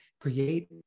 create